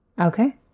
Okay